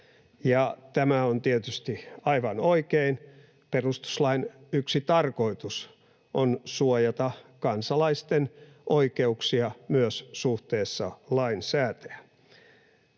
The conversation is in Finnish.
tämä on tietysti aivan oikein. Perustuslain yksi tarkoitus on suojata kansalaisten oikeuksia myös suhteessa lainsäätäjään.